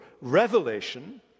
revelation